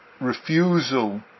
refusal